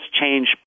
change